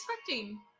expecting